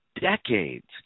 decades